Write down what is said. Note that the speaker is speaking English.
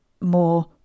more